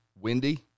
windy